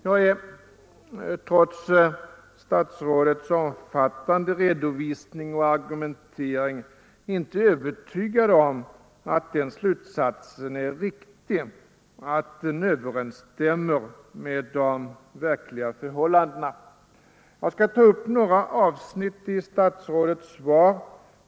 Jag är trots statsrådets omfattande redovisning och argumentering inte övertygad om att hans slutsats är riktig, att den överensstämmer med de verkliga förhållandena. Jag skall ta upp några avsnitt i statsrådets svar.